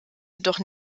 jedoch